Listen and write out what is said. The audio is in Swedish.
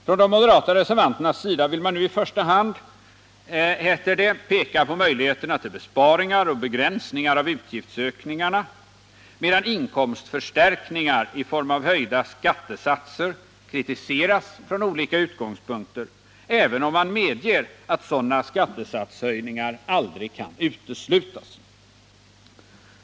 Från de moderata reservanternas sida vill man nu i första hand peka på möjligheterna till besparingar och begränsningar av utgiftsökningarna, medan inkomstförstärkningar i form av höjda skattesatser kritiseras från olika utgångspunkter, även om man medger att sådana skattesatshöjningar aldrig kan uteslutas.